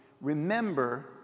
remember